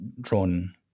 drawn